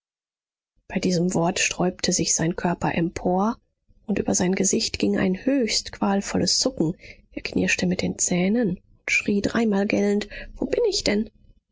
bei diesem wort sträubte sich sein körper empor und über sein gesicht ging ein höchst qualvolles zucken er knirschte mit den zähnen und schrie dreimal gellend wo bin ich denn